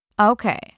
Okay